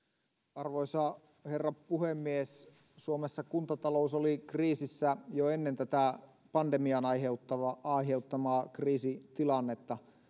arvoisa herra puhemies suomessa kuntatalous oli kriisissä jo ennen tätä pandemian aiheuttamaa aiheuttamaa kriisitilannetta